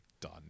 done